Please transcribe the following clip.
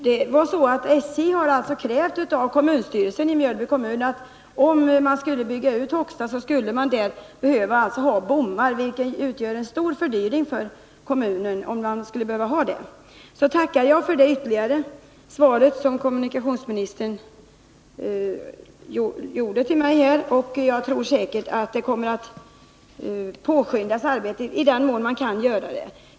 Herr talman! Det är alltså på det sättet att om Hogstad skall byggas ut kräver SJ att kommunstyrelsen i Mjölby sätter upp bommar, vilket utgör en stor fördyring för kommunen. Jag tackar för det ytterligare svar som kommunikationsministern lämnade till mig. Jag tror säkert att arbetet kommer att påskyndas i den mån man kan göra det.